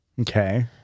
Okay